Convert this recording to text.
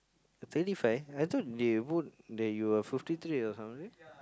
twenty five I thought they vote that you were fifty three or something